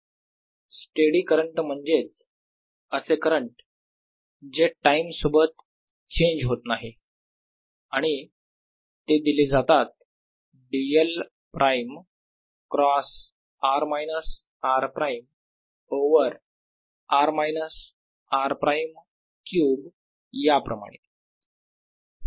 steady current म्हणजेच असे current जे टाईम सोबत चेंज होत नाहीत आणि ते दिले जातात dl prime cross r minus r prime over r minus r prime cube याप्रमाणे